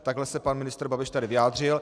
Takhle se pan ministr Babiš tady vyjádřil.